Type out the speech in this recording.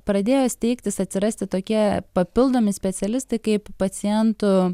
pradėjo steigtis atsirasti tokie papildomi specialistai kaip pacientų